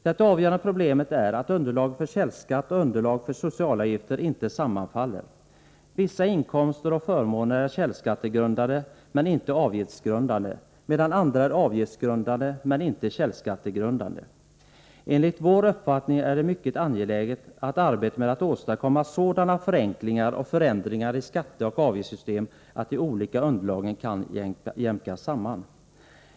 Det avgörande problemet är att underlaget för källskatt och underlaget för socialavgifter inte sammanfaller. Vissa inkomster och förmåner är källskatte grundande men inte avgiftsgrundande, medan andra är avgiftsgrundande men inte källskattegrundande. Enligt vår uppfattning är det mycket angeläget att åstadkomma sådana förenklingar och förändringar i skatteoch avgiftssystemen att de olika underlagen kan jämkas samman.